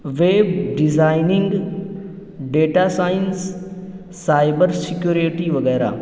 web designing data science cyber security وغیرہ